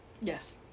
yes